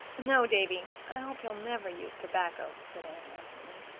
no, davy, i hope you'll never use tobacco, said anne absently.